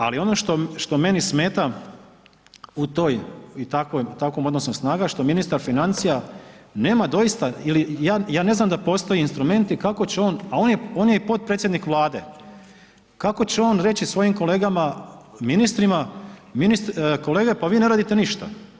Ali ono što meni smeta u toj i takvom odnosu snaga što ministar financija nema doista ili ja ne znam da postoje instrumenti kako će on, a on je i potpredsjednik Vlade, kako će on reći svojim kolegama ministrima kolege pa vi ne radite ništa.